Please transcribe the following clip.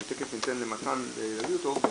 תיכף ניתן למתן להציג אותו,